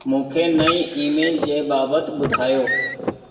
मूंखे नई ईमेल जे बाबति ॿुधायो